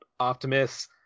optimus